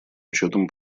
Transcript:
учетом